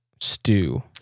stew